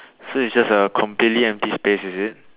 so it's just a completely empty space is it